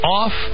off